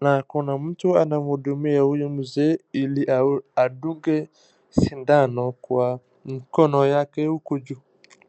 na kuna mtu anamhuduia huyu mzee ili adungwe shindano kwa mkono yake huku juu.